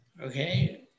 Okay